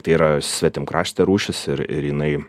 tai yra svetimkraštė rūšis ir ir jinai